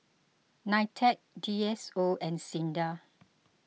Nitec D S O and Sinda